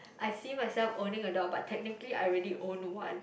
I see myself owning a dog but technically I already own one